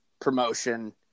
promotion